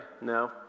No